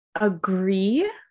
agree